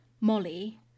Molly